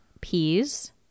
peas